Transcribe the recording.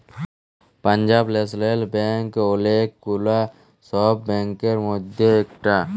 Punjab National Bank ওলেক গুলা সব ব্যাংকের মধ্যে ইকটা